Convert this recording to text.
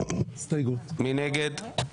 מי נגד?